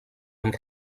amb